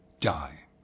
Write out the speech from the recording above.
die